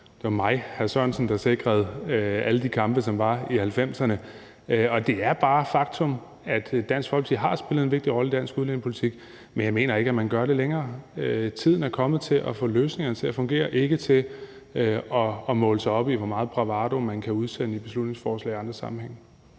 Det var mig, hr. Mikkel Bjørn, der sikrede alle de kampe, som var i 1990'erne. Det er bare et faktum, at Dansk Folkeparti har spillet en vigtig rolle i dansk udlændingepolitik, men jeg mener ikke, at de gør det længere. Tiden er kommet til at få løsninger til at fungere, ikke til at måle sig på, hvor meget bravade man kan udvise i beslutningsforslag og andre sammenhænge.